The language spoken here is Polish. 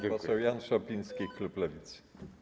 Pan poseł Jan Szopiński, klub Lewicy.